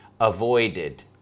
avoided